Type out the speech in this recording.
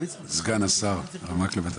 סגן השר הרב מקלב.